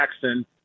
Jackson